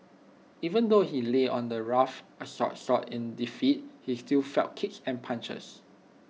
even though he lay on the rough asphalt salt in defeat he still felt kicks and punches